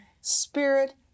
spirit